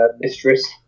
mistress